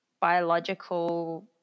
biological